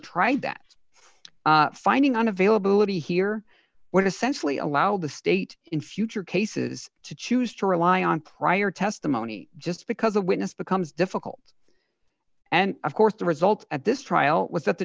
tried that finding on availability here what essentially allowed the state in future cases to choose to rely on prior testimony just because a witness becomes difficult and of course the result at this trial was that the